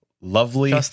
lovely